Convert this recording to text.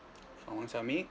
shawn huang xiao ming